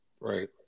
Right